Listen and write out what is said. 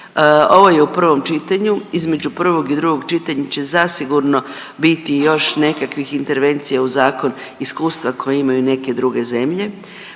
ovo je u prvom čitanju, između prvog i drugog čitanja će zasigurno biti još nekakvih intervencija u zakon, iskustva koja imaju neke druge zemlje.